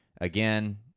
again